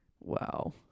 Wow